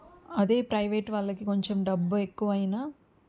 అదే ప్రైవేట్ వాళ్ళకి కొంచెం డబ్బు ఎక్కువైనా